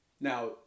Now